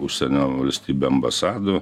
užsienio valstybių ambasadų